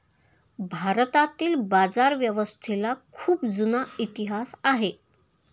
भारतातील बाजारव्यवस्थेला खूप जुना इतिहास आहे